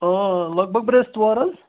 آ لَگ بَگ برٮ۪سوار حظ